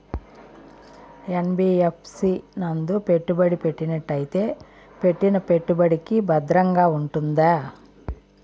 NBFC నందు పెట్టుబడి పెట్టినట్టయితే పెట్టిన పెట్టుబడికి భద్రంగా ఉంటుందా?